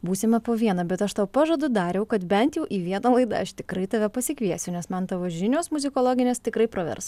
būsime po vieną bet aš tau pažadu dariau kad bent jau į vieną laidą aš tikrai tave pasikviesiu nes man tavo žinios muzikologinės tikrai pravers